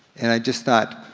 and i just thought,